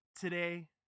today